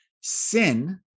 sin